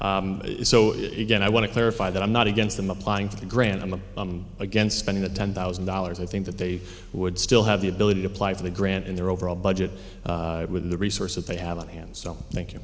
so again i want to clarify that i'm not against them applying for the grant on the i'm against spending the ten thousand dollars i think that they would still have the ability to apply for the grant in their overall budget with the resources they have at hand